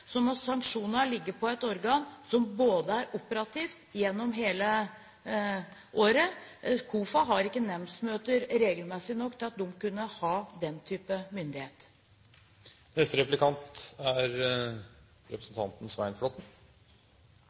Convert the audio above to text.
må sanksjonene ligge på et organ som er operativt gjennom hele året. KOFA har ikke nemndsmøter regelmessig nok til å ha den typen myndighet.